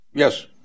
Yes